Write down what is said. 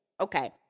Okay